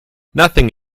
nothing